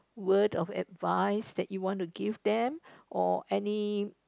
word or advice that you want to give them or any